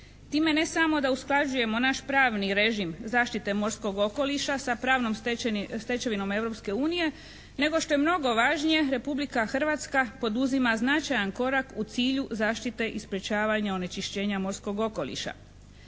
Time ne samo da usklađujemo naš pravni režim zaštite morskog okoliša sa pravnom stečevinom Europske unije, nego što je mnogo važnije Republika Hrvatska poduzima značajan korak u cilju zaštite i sprečavanja onečišćenja morskog okoliša.